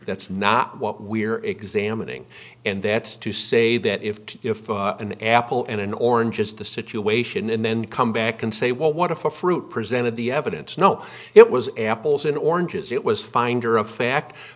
that's not what we're examining and that's to say that if you have an apple and an orange is the situation and then come back and say well what a fruit presented the evidence no it was apples and oranges it was finder of fact